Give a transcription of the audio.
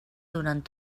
durant